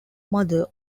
mother